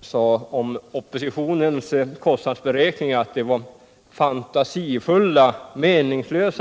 sade om oppositionens kostnadsberäkningar att de var fantasifulla och meningslösa.